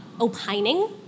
opining